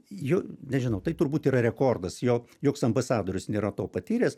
jo nežinau tai turbūt yra rekordas jo joks ambasadorius nėra to patyręs